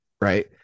right